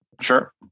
Sure